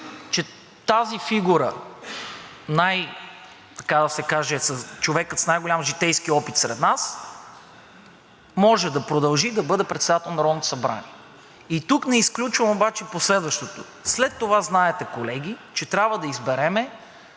че тази фигура – човекът с най-голям житейски опит сред нас, може да продължи да бъде председател на Народното събрание. И тук не изключвам обаче последващото – след това знаете, колеги, че всяка парламентарно